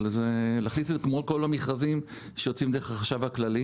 אבל להכניס את זה כמו כל המכרזים שיוצאים דרך החשב הכללי,